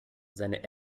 seine